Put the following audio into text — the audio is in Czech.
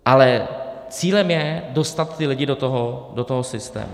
Ale cílem je dostat ty lidi do toho systému.